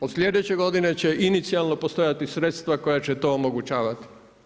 Od slijedeće godine će inicijalno postojati sredstva koja će to omogućavati.